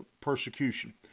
persecution